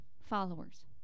followers